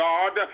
God